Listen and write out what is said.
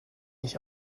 nicht